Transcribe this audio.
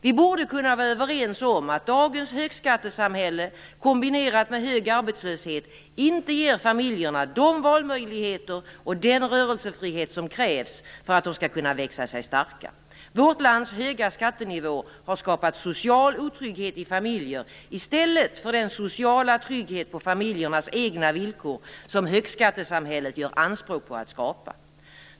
Vi borde kunna vara överens om att dagens högskattesamhälle - kombinerat med hög arbetslöshet - inte ger familjerna de valmöjligheter och den rörelsefrihet som krävs för att de skall kunna växa sig starka. Vårt lands höga skattenivå har skapat social otrygghet i familjer i stället för den sociala trygghet på familjernas egna villkor som högskattesamhället gör anspråk på att skapa.